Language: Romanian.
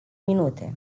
minute